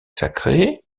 sacrée